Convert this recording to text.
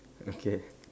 okay